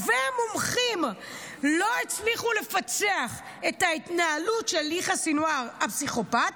טובי המומחים לא הצליחו לפצח את ההתנהלות של יחיא סנוואר הפסיכופת,